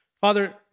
Father